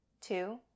two